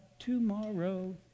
Tomorrow